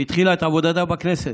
התחילה את עבודתה בכנסת,